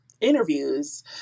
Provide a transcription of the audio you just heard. interviews